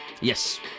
Yes